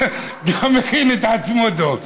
הוא מכין את עצמו, דב.